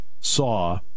saw